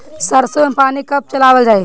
सरसो में पानी कब चलावल जाई?